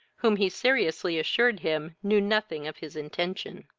whom he seriously assured him knew nothing of his intention.